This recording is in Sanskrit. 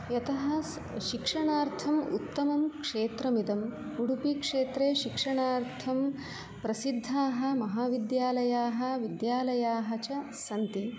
यतः सि शिक्षणार्थम् उत्तमं क्षेत्रमिदम् उडुपिक्षेत्रे शिक्षणार्थं प्रसिद्धाः महाविद्यालयाः विद्यालयाः च सन्ति